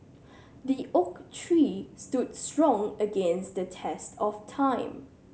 the oak tree stood strong against the test of time